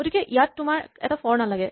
গতিকে ইয়াত তোমাক এটা ফৰ নালাগে